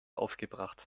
aufgebracht